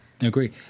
Agree